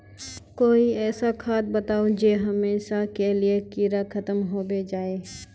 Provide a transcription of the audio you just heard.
कोई ऐसा खाद बताउ जो हमेशा के लिए कीड़ा खतम होबे जाए?